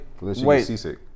wait